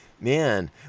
man